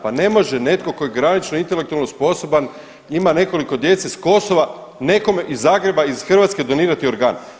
Pa ne može netko tko je granično intelektualno sposoban ima nekoliko djece s Kosova nekome iz Zagreba, iz Hrvatske donirati organ.